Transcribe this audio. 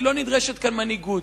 כי לא נדרשת כאן מנהיגות.